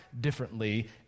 differently